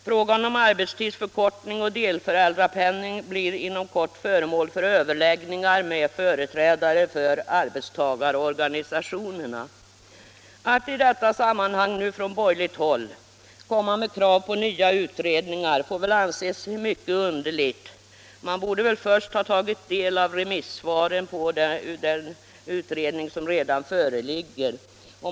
Frågan om arbetstidsförkortning och delföräldrapenning blir inom kort föremål för överläggningar med företrädare för arbetstagarorganisationerna. Att i detta sammanhang nu från borgerligt håll komma med krav på nya utredningar får väl anses mycket underligt. Man borde väl först ha tagit del av remissvaren på den utredning som redan föreligger.